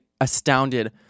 astounded